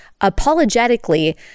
apologetically